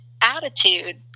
attitude